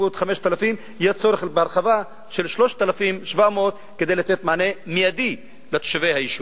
ויהיה צורך בהרחבה של 3,700 דונם כדי לתת מענה מיידי לתושבי היישוב.